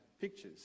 pictures